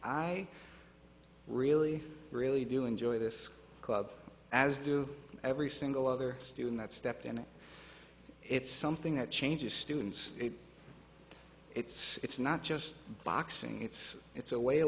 i really really do enjoy this club as do every single other student that stepped in and it's something that changes students it's it's not just boxing it's it's a way of